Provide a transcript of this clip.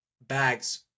bags